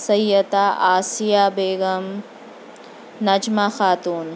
Syeda Asiya Begum Najma Khatoon